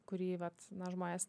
kurį vat na žmonės